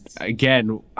again